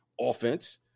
offense